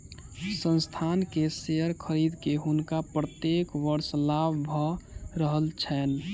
संस्थान के शेयर खरीद के हुनका प्रत्येक वर्ष लाभ भ रहल छैन